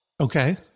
Okay